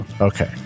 Okay